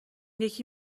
یکی